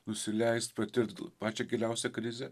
nusileist patirt pačią giliausią krizę